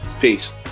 Peace